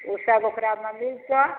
ओ सभ ओकरामे मिलतौ